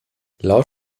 laut